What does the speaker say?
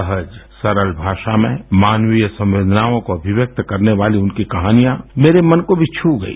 सहज सरल भाषा में मानवीय संवेदनाओं को अभिव्यक्त करने वाली उनकी कहानियां मेरे मन को भी छू गई